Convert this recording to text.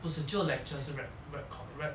不是只有 lectures 是 web web web